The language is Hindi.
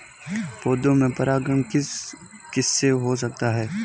पौधों में परागण किस किससे हो सकता है?